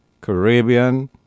Caribbean